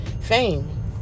fame